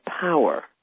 power